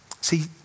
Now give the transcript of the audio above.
See